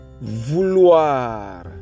Vouloir